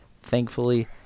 thankfully